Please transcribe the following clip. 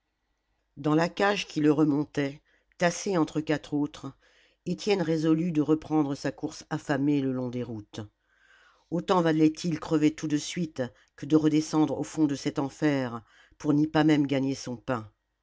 dans la cage qui le remontait tassé avec quatre autres étienne résolut de reprendre sa course affamée le long des routes autant valait-il crever tout de suite que de redescendre au fond de cet enfer pour n'y pas même gagner son pain